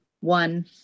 one